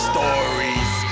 Stories